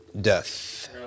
death